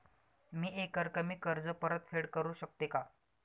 मी एकरकमी कर्ज परतफेड करू शकते का?